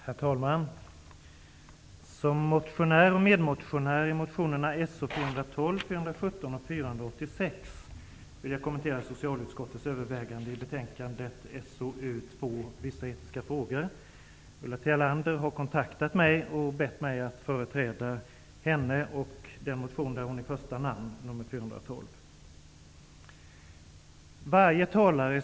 Herr talman! Som motionär och medmotionär beträffande motionerna So412, 417 och 486 vill jag kommentera socialutskottets överväganden i betänkandet SoU2 om vissa etiska frågor. Ulla Tillander har kontaktat mig och bett mig att företräda henne när det gäller motion So412, under vilken hon står som första namn.